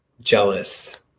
jealous